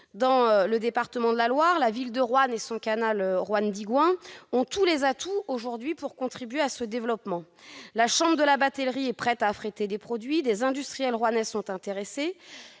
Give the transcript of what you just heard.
Dans le département de la Loire, la ville de Roanne et le canal Roanne-Digoin ont tous les atouts pour contribuer au développement du fluvial : la chambre de la batellerie est prête à affréter des produits, des industriels roannais sont intéressés,